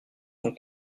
son